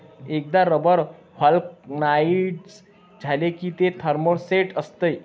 एकदा rubber vulcanise झाले की ते थर्मोसेट असते